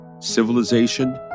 civilization